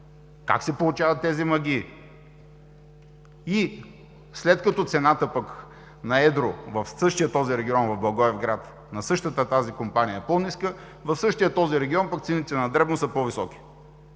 Как се получават тези магии? След като цената на едро в същия този регион в Благоевград, на същата тази компания е по-ниска, в същия този регион цените на дребно са по-високи.